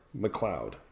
McLeod